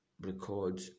record